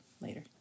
later